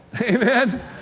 Amen